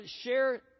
share